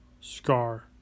Scar